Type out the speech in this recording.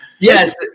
Yes